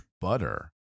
butter